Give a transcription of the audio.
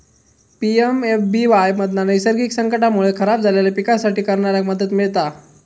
PMFBY मधना नैसर्गिक संकटांमुळे खराब झालेल्या पिकांसाठी करणाऱ्याक मदत मिळता